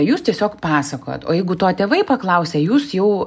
jūs tiesiog pasakojat o jeigu to tėvai paklausia jūs jau